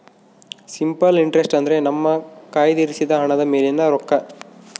simple interest ಅಂದ್ರೆ ನಮ್ಮ ಕಯ್ದಿರಿಸಿದ ಹಣದ ಮೇಲಿನ ರೊಕ್ಕ